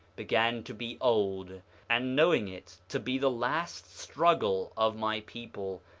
began to be old and knowing it to be the last struggle of my people,